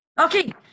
Okay